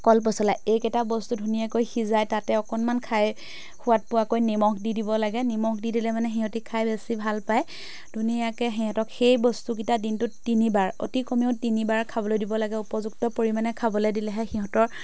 কল পচলা এইকেইটা বস্তু ধুনীয়াকৈ সিজায় তাতে অকণমান খাই সোৱাদ পোৱাকৈ নিমখ দি দিব লাগে নিমখ দি দিলে মানে সিহঁতি খাই বেছি ভাল পায় ধুনীয়াকৈ সিহঁতক সেই বস্তুকেইটা দিনটোত তিনিবাৰ অতি কমেও তিনিবাৰ খাবলৈ দিব লাগে উপযুক্ত পৰিমাণে খাবলৈ দিলেহে সিহঁতৰ